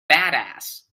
badass